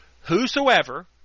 Whosoever